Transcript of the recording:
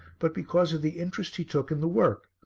but because of the interest he took in the work.